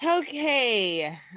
Okay